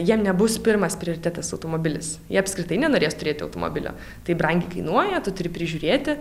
jiem nebus pirmas prioritetas automobilis jie apskritai nenorės turėti automobilio tai brangiai kainuoja tu turi prižiūrėti